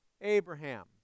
Abraham